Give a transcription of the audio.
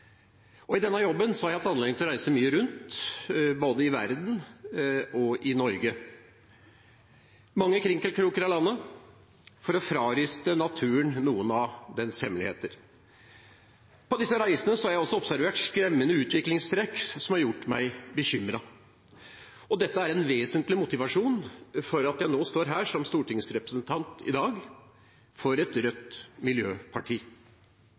her. I denne jobben har jeg hatt anledning til å reise mye rundt, både i verden og i Norge, i mange krinkelkroker av landet, for å fravriste naturen noen av dens hemmeligheter. På disse reisene har jeg observert skremmende utviklingstrekk som har gjort meg bekymret, og dette er en vesentlig motivasjon for at jeg står her som stortingsrepresentant i dag – for et rødt miljøparti.